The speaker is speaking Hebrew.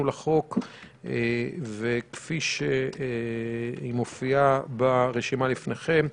לחוק כפי שהיא מופיעה ברשימה בפניכם.